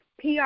PR